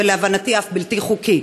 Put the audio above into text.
ולהבנתי אף בלתי חוקי.